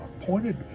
appointed